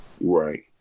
Right